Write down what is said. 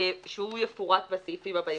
שהוא יפורט בסעיפים הבאים.